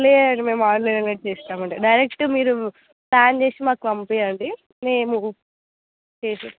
లేదు మేము ఆన్లైన్లో కూడా చేసినామండి డైరెక్టు మీరు ప్లాన్ చేసి మాకు పంపియండి మేము